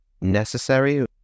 necessary